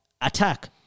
attack